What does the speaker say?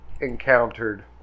encountered